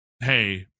hey